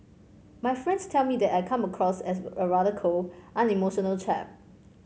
my friends tell me that I come across as a rather cold unemotional chap